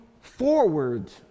forward